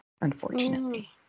unfortunately